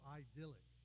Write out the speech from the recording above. idyllic